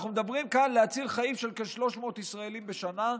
אנחנו מדברים כאן על להציל חיים של כ-300 ישראלים בשנה.